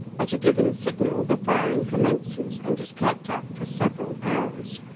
at a given signal the firing commences and is kept up for several hours,